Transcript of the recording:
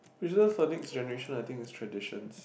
preserved for next generation I think it's traditions